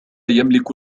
يملك